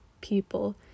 people